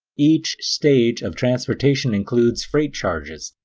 each stage of transportation includes freight charges,